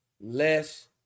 less